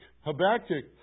Habakkuk